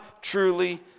truly